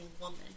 woman